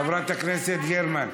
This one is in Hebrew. חברת הכנסת גרמן.